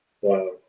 Wow